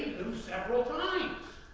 them several times,